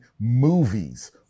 movies